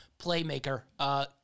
playmaker